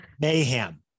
mayhem